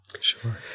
Sure